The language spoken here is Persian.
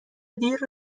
دیر